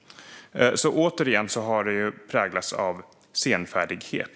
Återigen har detta präglats av senfärdighet.